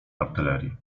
artylerii